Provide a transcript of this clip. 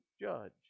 judge